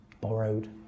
borrowed